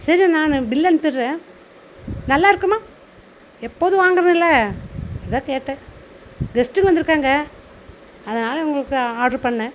சரி நான் பில் அனுப்பிடுறேன் நல்லா இருக்குமா எப்போதும் வாங்குறதில்லயா அதான் கேட்டேன் கெஸ்ட்டுங்க வந்திருக்காங்க அதனால் உங்களுக்கு ஆர்ட்ரு பண்ணேன்